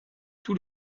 tous